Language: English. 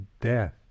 death